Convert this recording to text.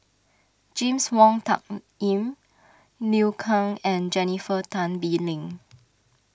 James Wong Tuck Yim Liu Kang and Jennifer Tan Bee Leng